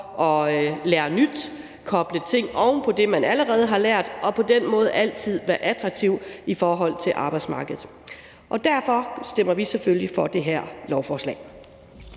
lære nyt, koble ting oven på det, man allerede har lært, og på den måde altid være attraktiv på arbejdsmarkedet. Derfor stemmer vi selvfølgelig for det her lovforslag.